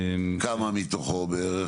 כמה מתוכו בערך?